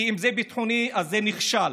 אם זה ביטחוני אז זה נכשל,